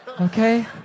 Okay